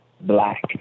black